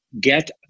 Get